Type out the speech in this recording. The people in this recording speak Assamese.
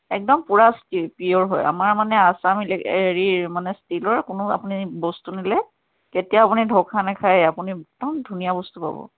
একদম পূৰা ষ্টীল পিউৰ হয় আমাৰ মানে আসাম হেৰিৰ মানে ষ্টীলৰ কোনো বস্তু নিলে কেতিয়াও আপুনি ধ'খা নাখায় আপুনি একদম ধুনীয়া বস্তু পাব